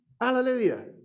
Hallelujah